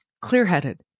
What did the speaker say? clear-headed